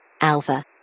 Alpha